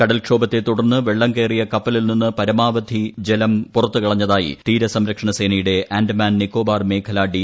കടൽക്ഷോഭത്തെ തുടർന്ന് വെള്ളം കയറിയ കപ്പലിൽ നിന്ന് പരമാവധി ജലം പുറത്തുകളഞ്ഞതായി തീരസംരക്ഷണസേനയുടെ ആന്റമാൻ നിക്കോബാർ മേഖലാ ഡി